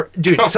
Dude